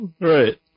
Right